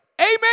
Amen